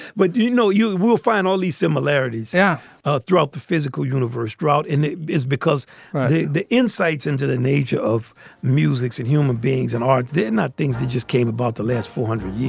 but, you know, you will find all these similarities yeah ah throughout the physical universe. drought is because the insights into the nature of musics in human beings and ards, they're not things that just came about the last four hundred